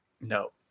No